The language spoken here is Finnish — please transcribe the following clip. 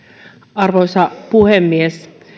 arvoisa puhemies